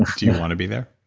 do you want to be there?